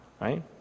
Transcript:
right